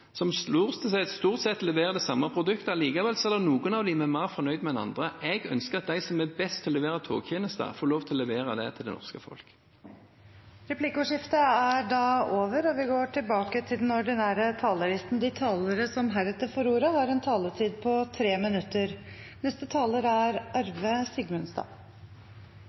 noen av dem vi er mer fornøyd med enn andre. Jeg ønsker at de som er best til å levere togtjenester, får lov til å levere det til det norske folk. Replikkordskiftet er omme. De talere som heretter får ordet, har en taletid på inntil 3 minutter.